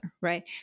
right